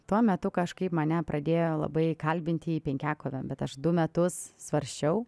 tuo metu kažkaip mane pradėjo labai kalbinti į penkiakovę bet aš du metus svarsčiau